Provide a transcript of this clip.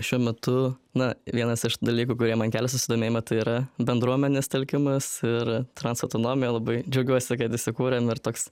šiuo metu na vienas iš dalykų kurie man kelia susidomėjimą tai yra bendruomenės telkimas ir trans autonomiją labai džiaugiuosi kad įsikūrėm ir toks